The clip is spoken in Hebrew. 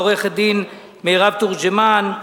לעורכת-הדין מירב תורג'מן,